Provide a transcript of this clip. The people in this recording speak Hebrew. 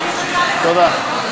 תודה.